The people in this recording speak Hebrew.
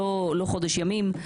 לא חודש ימים,